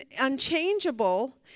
unchangeable